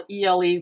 ELE